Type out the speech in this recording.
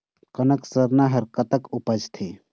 कनक सरना हर कतक उपजथे?